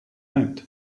out